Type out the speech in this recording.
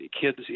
kids